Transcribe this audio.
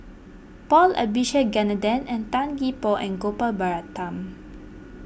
Paul Abisheganaden Tan Gee Paw and Gopal Baratham